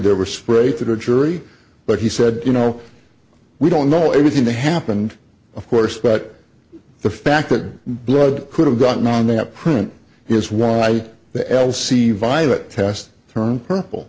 there were spray to the jury but he said you know we don't know everything they happened of course but the fact that blood could have gotten on that print is why the l c violet test turned purple